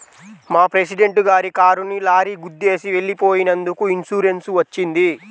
మా ప్రెసిడెంట్ గారి కారుని లారీ గుద్దేసి వెళ్ళిపోయినందుకు ఇన్సూరెన్స్ వచ్చింది